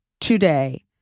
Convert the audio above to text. today